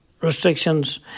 restrictions